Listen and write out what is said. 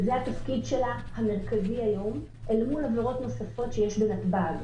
זה התפקיד שלה המרכזי היום אל מול עבירות נוספות שיש בנתב"ג,